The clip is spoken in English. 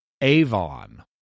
Avon